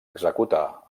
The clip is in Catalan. executar